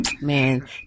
man